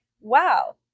wow